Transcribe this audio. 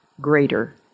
greater